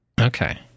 Okay